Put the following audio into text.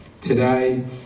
today